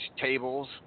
tables